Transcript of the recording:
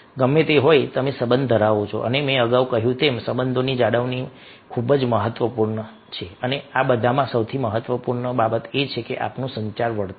ગમે તે હોય તમે સંબંધ ધરાવો છો અને મેં અગાઉ કહ્યું તેમ સંબંધોની જાળવણી ખૂબ જ મહત્વપૂર્ણ છે અને આ બધામાં સૌથી મહત્ત્વની બાબત એ છે કે આપણું સંચાર વર્તન